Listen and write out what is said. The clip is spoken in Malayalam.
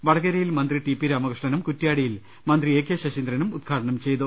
വടകരയിൽ മന്ത്രി ടി പി രാമകൃഷ്ണനും കുറ്റ്യാടിയിൽ മന്ത്രി എ കെ ശശീന്ദ്രനും ഉദ്ഘാടനം ചെയ്തു